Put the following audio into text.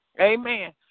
Amen